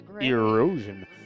erosion